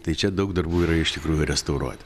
tai čia daug darbų yra iš tikrųjų restauruoti